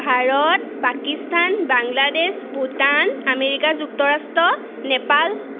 Bharat Pakistan Bangladesh Bhutan America যুক্তৰাষ্ট নেপাল